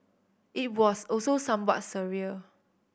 it was also somewhat surreal